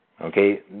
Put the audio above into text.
Okay